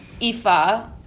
ifa